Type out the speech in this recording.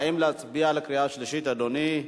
האם להצביע בקריאה שלישית, אדוני?